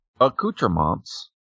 accoutrements